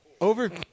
Over